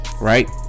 right